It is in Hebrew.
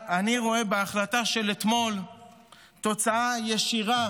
אני רואה בהחלטה של אתמול תוצאה ישירה